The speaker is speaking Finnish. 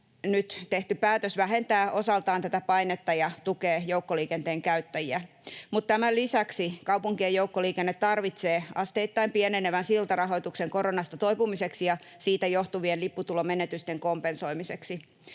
tehty päätös vähentää osaltaan tätä painetta ja tukee joukkoliikenteen käyttäjiä. Mutta tämän lisäksi kaupunkien joukkoliikenne tarvitsee asteittain pienenevän siltarahoituksen koronasta toipumiseksi ja siitä johtuvien lipputulomenetysten kompensoimiseksi.